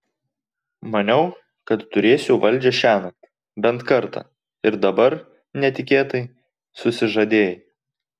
maniau kad turėsiu valdžią šiąnakt bent kartą ir dabar netikėtai susižadėjai